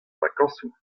vakañsoù